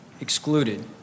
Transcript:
excluded